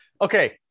okay